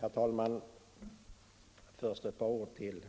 Herr talman! Först ett par ord till